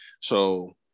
So-